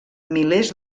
milers